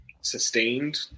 sustained